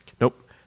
Nope